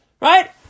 right